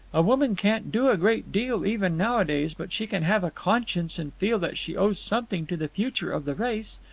a woman can't do a great deal, even nowadays, but she can have a conscience and feel that she owes something to the future of the race.